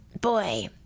boy